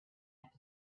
act